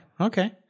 okay